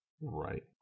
Right